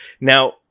Now